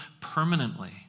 permanently